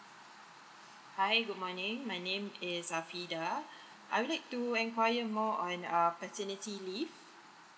hi good morning my name is afidah I would like to enquiry more on err paternity leave